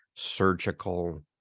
surgical